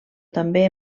també